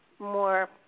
more